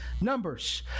Numbers